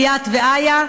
ליאת ואיה,